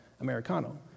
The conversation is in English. Americano